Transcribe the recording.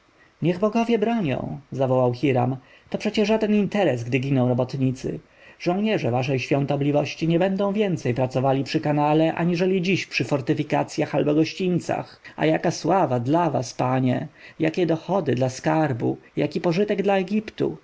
bogowie bronią zawołał hiram to przecie żaden interes gdy giną robotnicy żołnierze waszej świątobliwości nie będą więcej pracowali przy kanale aniżeli dziś przy fortyfikacjach albo gościńcach a jaka sława dla was panie jakie dochody dla skarbu jaki pożytek dla egiptu